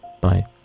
Bye